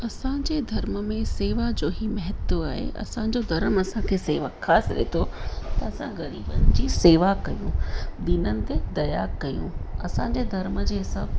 असांजे धर्म में शेवा जो ई महत्व आहे असांजो धर्म असांखे शेवा सेखारे थो असां ग़रीबनि जी शेवा कयूं दीननि ते दया कयूं असांजे धर्म जे सभु